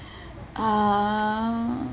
uh